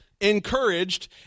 encouraged